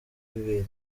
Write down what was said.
bibereye